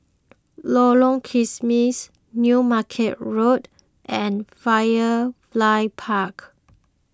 Lorong Kismis New Market Road and Firefly Park